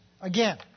Again